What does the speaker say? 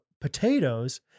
potatoes